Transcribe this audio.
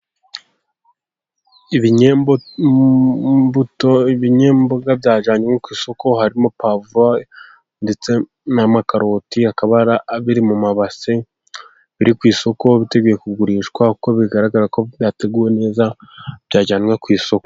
Ibinyembuto, ibinyemboga byajyanywe ku isoko harimo pavuro ndetse n'amakaroti bikaba biri mu mabase biri ku isoko biteguye kugurishwa uko bigaragara ko byateguwe neza byajyanwe ku isoko.